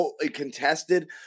Contested